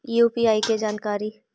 UPI के जानकारी?